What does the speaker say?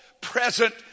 present